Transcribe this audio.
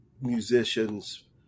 musicians